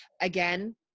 again